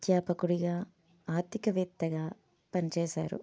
అధ్యాపకుడిగా ఆర్థికవేత్తగా పనిచేసారు